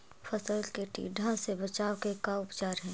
फ़सल के टिड्डा से बचाव के का उपचार है?